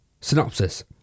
Synopsis